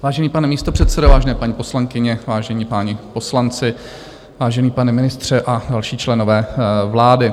Vážený pane místopředsedo, vážené paní poslankyně, vážení páni poslanci, vážený pane ministře a další členové vlády.